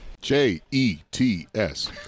J-E-T-S